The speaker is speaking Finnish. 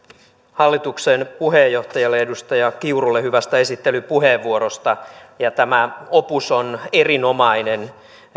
hallituksen puheenjohtajalle edustaja kiurulle hyvästä esittelypuheenvuorosta tämä opus on erinomainen